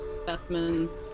specimens